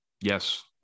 yes